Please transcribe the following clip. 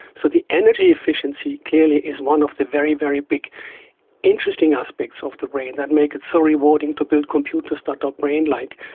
so the energy efficiency clearly is one of the very, very big interesting aspects of the brain that make it so rewarding to build computers that are brain-like.